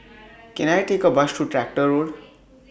Can I Take A Bus to Tractor Road